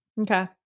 Okay